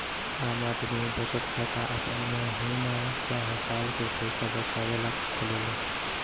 आम आदमी बचत खाता आपन महीना चाहे साल के पईसा बचावे ला खोलेले